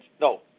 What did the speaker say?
no